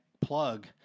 plug